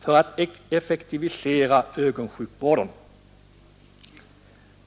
för att effektivisera ögonsjukvården.